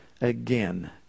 again